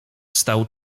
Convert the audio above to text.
stał